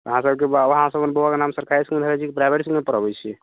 अहाँसबके अहाँसब अपन बौआके नाम सरकारी इसकुलमे धेने छिए कि प्राइवेट इसकुलमे पढ़बै छिए